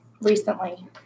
recently